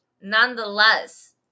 nonetheless